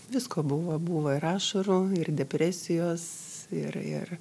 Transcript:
visko buvo buvo ir ašarų ir depresijos ir ir